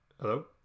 Hello